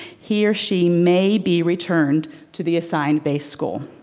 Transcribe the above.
he or she may be returned to the assigned based school.